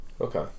okay